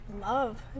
love